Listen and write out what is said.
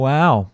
Wow